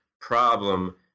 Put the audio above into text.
problem